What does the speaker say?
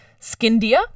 Skindia